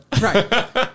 Right